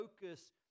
focus